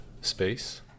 space